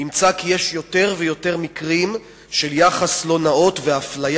נמצא כי יש יותר ויותר מקרים של יחס לא נאות ואפליה